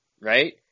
right